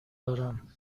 دارم